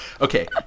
Okay